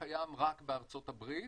קיים רק בארצות הברית.